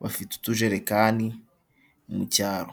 bafite utujerekani mu cyaro.